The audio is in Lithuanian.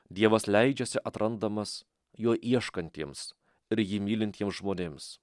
dievas leidžiasi atrandamas jo ieškantiems ir jį mylintiems žmonėms